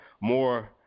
more